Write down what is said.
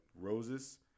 Roses